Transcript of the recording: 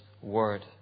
word